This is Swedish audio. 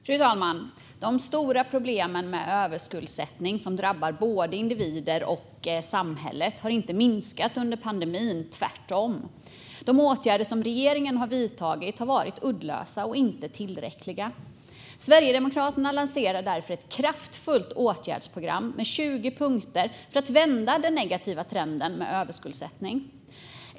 Fru talman! De stora problemen med överskuldsättning, som drabbar både individer och samhället, har inte minskat under pandemin, utan tvärtom. De åtgärder som regeringen har vidtagit har varit uddlösa och inte tillräckliga. Sverigedemokraterna lanserar därför ett kraftfullt åtgärdsprogram med 20 punkter för att vända den negativa trenden med överskuldsättning.